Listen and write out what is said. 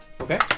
Okay